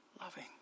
loving